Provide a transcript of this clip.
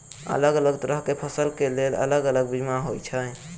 अलग अलग तरह केँ फसल केँ लेल अलग अलग बीमा होइ छै?